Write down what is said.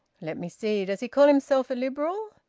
let me see, does he call himself a liberal?